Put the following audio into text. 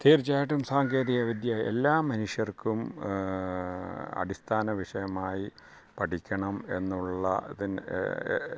തീര്ച്ചയായിട്ടും സാങ്കേതികവിദ്യ എല്ലാ മനുഷ്യര്ക്കും അടിസ്ഥാന വിഷയമായി പഠിക്കണം എന്നുള്ള അതിന്